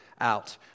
out